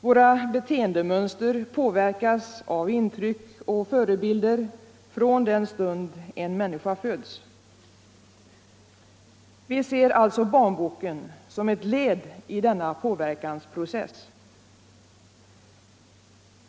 Våra beteendemönster påverkas av intryck och förebilder från den stund en människa föds. Vi ser alltså barnboken som ett led i denna påverkansprocess.